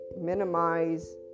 minimize